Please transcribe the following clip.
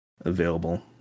available